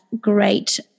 great